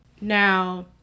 Now